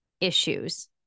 issues